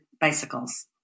bicycles